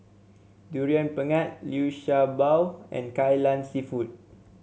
Durian Pengat Liu Sha Bao and Kai Lan seafood